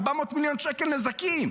400 מיליון שקל נזקים.